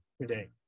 today